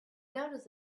noticed